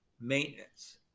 maintenance